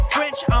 French